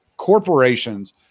corporations